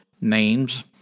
names